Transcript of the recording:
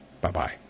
Bye-bye